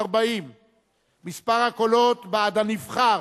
40. מספר הקולות בעד הנבחר